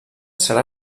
serà